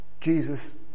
Jesus